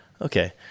Okay